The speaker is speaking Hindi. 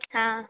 हाँ